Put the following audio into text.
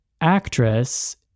actress